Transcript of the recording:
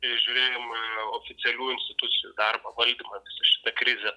ir žiūrėjimą oficialių institucijų darbą valdymą visą šitą krizę